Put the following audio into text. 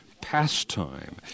pastime